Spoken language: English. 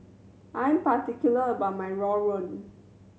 I'm particular about my rawon